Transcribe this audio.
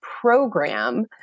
program